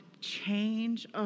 change